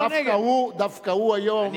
דווקא הוא היום,